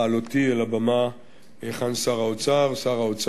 בעלותי אל הבמה, היכן שר האוצר.